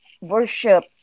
worship